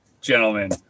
gentlemen